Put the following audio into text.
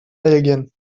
belgien